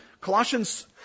Colossians